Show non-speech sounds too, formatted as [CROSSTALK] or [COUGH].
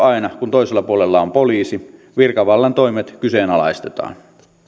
[UNINTELLIGIBLE] aina kun toisella puolella on poliisi virkavallan toimet kyseenalaistetaan